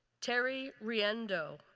terry riendo,